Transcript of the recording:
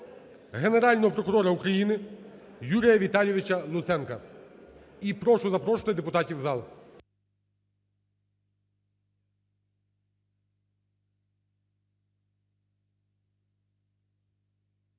Генерального прокурора України Юрія Віталійовича Луценка. І прошу запрошувати депутатів в зал.